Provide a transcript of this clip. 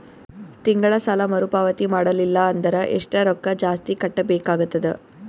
ತಿಂಗಳ ಸಾಲಾ ಮರು ಪಾವತಿ ಮಾಡಲಿಲ್ಲ ಅಂದರ ಎಷ್ಟ ರೊಕ್ಕ ಜಾಸ್ತಿ ಕಟ್ಟಬೇಕಾಗತದ?